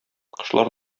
кошлар